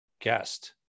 guest